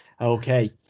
Okay